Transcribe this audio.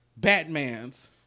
Batmans